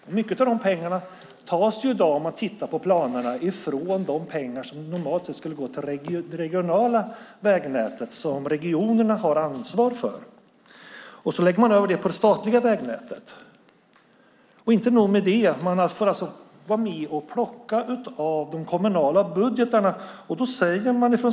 Om man tittar på planerna ser man att mycket av de pengarna i dag tas från de pengar som normalt skulle gå till det regionala vägnätet, det som regionerna har ansvar för. Man lägger över det på det statliga vägnätet. Man får alltså vara med och plocka från de kommunala budgetarna.